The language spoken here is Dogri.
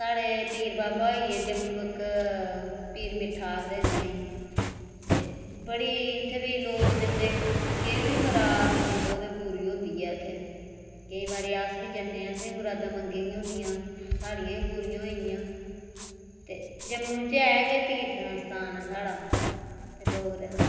साढ़े पीर बाबा होइये जम्मू इक्क पीर मिट्ठा आखदे न उनेंगी ते बड़ी भी लोक इत्थें गै जंदे केह् भी मुराद मंगदे पूरी होई जंदी ऐ केईं बारी अस बी जन्ने असें बी मुरादां मंग्गी दियां होंदियां साढ़ियां बी पूरियां होंदियां ते जम्मू च ऐ गै तीर्थ स्थान साढ़ा ते डोगरें दा